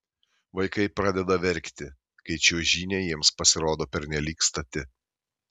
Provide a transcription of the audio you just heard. vaikai pradeda verkti kai čiuožynė jiems pasirodo pernelyg stati